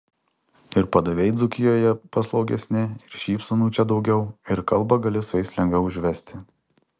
ir padavėjai dzūkijoje paslaugesni ir šypsenų čia daugiau ir kalbą gali su jais lengviau užvesti